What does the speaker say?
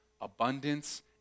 abundance